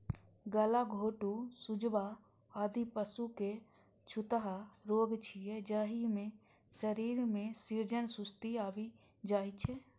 गलाघोटूं, सुजवा, आदि पशुक छूतहा रोग छियै, जाहि मे शरीर मे सूजन, सुस्ती आबि जाइ छै